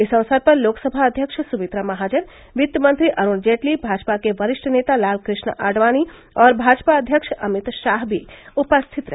इस अवसर पर लोकसभा अध्यक्ष सुमित्रा महाजन वित्त मंत्री अरूण जेटली भाजपा के वरिष्ठ नेता लाल कृष्ण आडवाणी और भाजपा अध्यक्ष अमित शाह भी उपस्थित रहे